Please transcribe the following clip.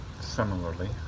similarly